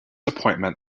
appointment